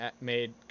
made